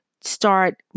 start